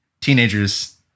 teenagers